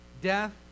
Death